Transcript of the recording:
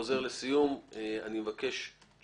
לסיום אני חוזר ומבקש לקבל בתוך שבועיים